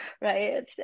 Right